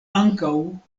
ankaŭ